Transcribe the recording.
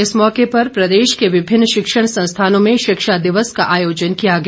इस मौके पर प्रदेश के विभिन्न शिक्षण संस्थानों में शिक्षा दिवस का आयोजन किया गया